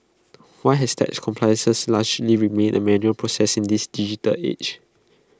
why has tax compliance largely remained A manual process in this digital age